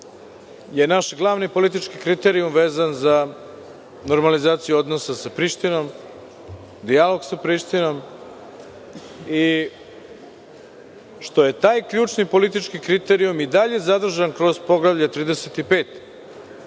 je naš glavni politički kriterijum vezan za normalizaciju odnosa sa Prištinom, dijalog sa Prištinom i što je taj ključni politički kriterijum i dalje zadržan kroz poglavlje 35.